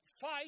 fight